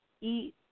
eat